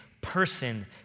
person